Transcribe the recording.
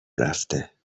رفته